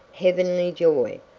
heavenly joy,